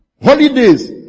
Holidays